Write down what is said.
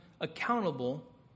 accountable